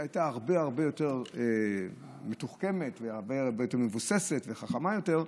והיא הייתה הרבה הרבה יותר מתוחכמת והרבה הרבה יותר מבוססת וחכמה יותר,